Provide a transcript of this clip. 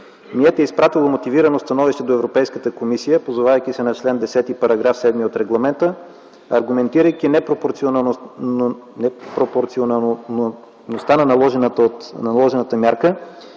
туризма е изпратило мотивирано становище до Европейската комисия, позовавайки се на чл. 10, § 7 от Регламента, аргументирайки непропорционалността на наложената мярка,